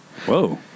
Whoa